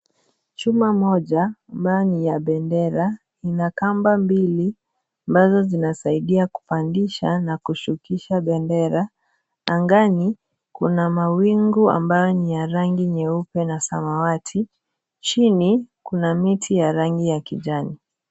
Chuma moja, ambayo ni ya bendera. Ina kamba mbili, ambazo zinasaidia kupandisha na kushukisha bendera. Angani, kuna mawingu ambayo ni ya rangi nyeupe na samawati. Chini, kuna miti ya rangi ya kijani.